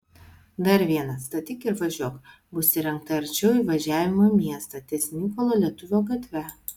dar viena statyk ir važiuok bus įrengta arčiau įvažiavimo į miestą ties mykolo lietuvio gatve